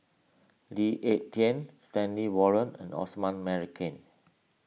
Lee Ek Tieng Stanley Warren and Osman Merican